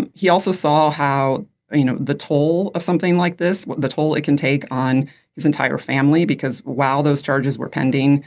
and he also saw how you know the toll of something like this the toll it can take on his entire family because while those charges were pending